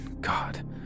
God